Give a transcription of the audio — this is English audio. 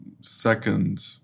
second